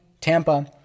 Tampa